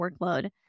workload